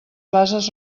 bases